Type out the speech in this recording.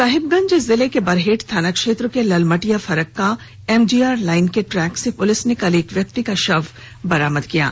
साहिबगंज जिले के बरहेट थाना क्षेत्र के ललमटिया फरक्का एमजीआर लाइन के ट्रेक से पुलिस ने कल एक व्यक्ति का शव बरामद किया है